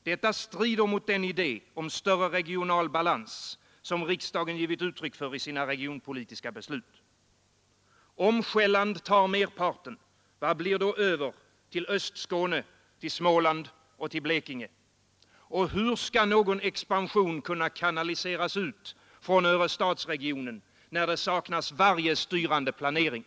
Detta strider mot den idé om större regional balans som riksdagen givit uttryck för i sina regionpolitiska beslut. Om Själland tar merparten, vad blir då över till Östskåne, Småland och Blekinge? Och hur skall någon expansion kunna kanaliseras ut från Örestadsregionen, när det saknas varje styrande planering?